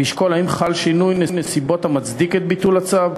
והוא ישקול אם חל שינוי נסיבות המצדיק את ביטול הצו.